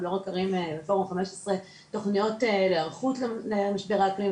ולא רק ערים מפורום ה-15 תוכניות להיערכות למשבר האקלים,